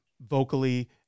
vocally